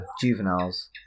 juveniles